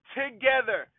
together